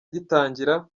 gitangira